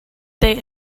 they